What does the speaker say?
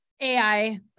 AI